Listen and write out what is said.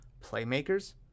playmakers